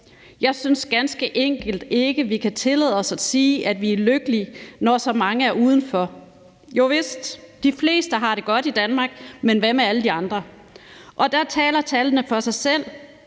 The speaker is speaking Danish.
Jeg synes ganske enkelt ikke, vi kan tillade os at sige, at vi er lykkelige, når så mange er udenfor. Jovist, de fleste har det godt i Danmark, men hvad med alle de andre? Og der taler tallene for sig selv.